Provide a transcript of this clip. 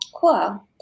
Cool